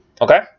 Okay